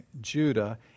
Judah